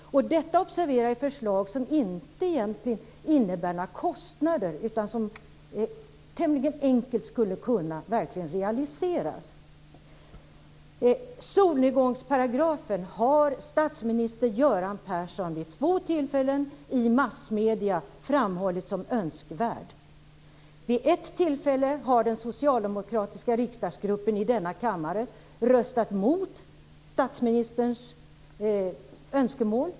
Observera att det rör sig om förslag som inte innebär några kostnader utan som tämligen enkelt skulle kunna realiseras! Persson vid två tillfällen i massmedierna framhållit som önskvärd. Vid ett tillfälle har den socialdemokratiska riksdagsgruppen i denna kammare röstat emot statsministerns önskemål.